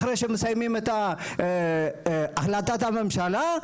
אחרי שמסיימים את ההחלטת הממשלה,